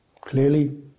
clearly